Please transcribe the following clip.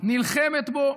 נלחמת בו.